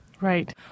Right